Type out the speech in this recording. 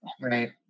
Right